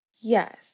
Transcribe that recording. Yes